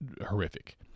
horrific